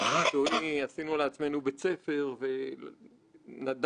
אבל אני רוצה לומר על הדברים כמה מילים בהסתכלות במבט קצת יותר